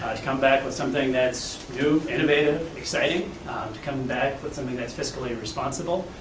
to come back with something that's new, innovative, exciting to come back with something that's fiscally responsible,